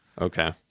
Okay